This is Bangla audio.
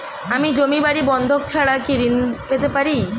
আমি জমি বাড়ি বন্ধক ছাড়া কি ঋণ পেতে পারি?